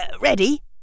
Ready